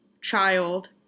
child